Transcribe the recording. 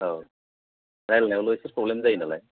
औ रायलायनायावल' एसे फ्रब्लेम जायो नालाय